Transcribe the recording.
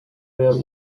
real